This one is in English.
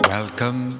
Welcome